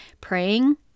Praying